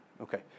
Okay